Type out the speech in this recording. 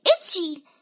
itchy